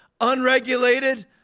unregulated